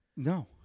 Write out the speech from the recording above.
No